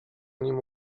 nim